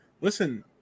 Listen